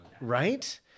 right